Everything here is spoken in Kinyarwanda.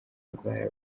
ndwara